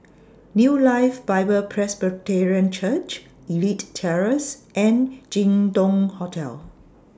New Life Bible Presbyterian Church Elite Terrace and Jin Dong Hotel